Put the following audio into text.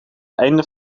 einde